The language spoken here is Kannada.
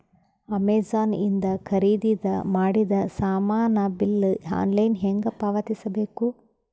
ಅಮೆಝಾನ ಇಂದ ಖರೀದಿದ ಮಾಡಿದ ಸಾಮಾನ ಬಿಲ್ ಆನ್ಲೈನ್ ಹೆಂಗ್ ಪಾವತಿಸ ಬೇಕು?